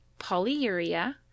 polyuria